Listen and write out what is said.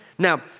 Now